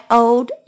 old